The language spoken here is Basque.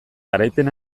garaipen